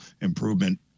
improvement